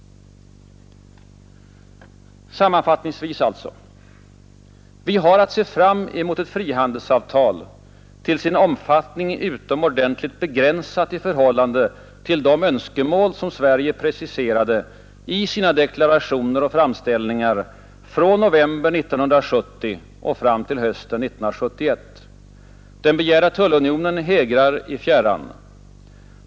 Sammanfattningsvis alltså: Vi har att se fram emot ett frihandelsavtal, till sin omfattning utomordentligt begränsat i förhållande till de önskemål som Sverige preciserade i sina deklarationer och framställningar från november 1970 och fram till hösten 1971. Den begärda tullunionen hägrar i fjärran.